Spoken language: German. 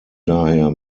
daher